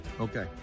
okay